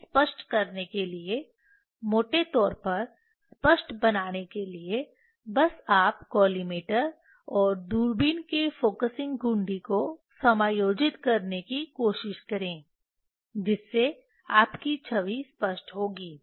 इसे स्पष्ट करने के लिए मोटे तौर पर स्पष्ट बनाने के लिए बस आप कॉलिमेटर और दूरबीन के फ़ोकसिंग घुंडी को समायोजित करने की कोशिश करें जिससे आपकी छवि स्पष्ट होगी